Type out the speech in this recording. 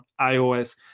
iOS